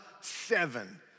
seven